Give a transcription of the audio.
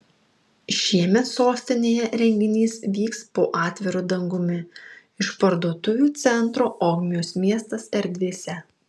šiemet sostinėje renginys vyks po atviru dangumi išparduotuvių centro ogmios miestas erdvėse